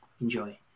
enjoy